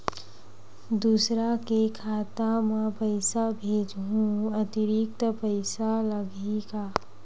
दूसरा के खाता म पईसा भेजहूँ अतिरिक्त पईसा लगही का?